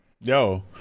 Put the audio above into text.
Yo